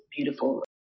beautiful